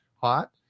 hot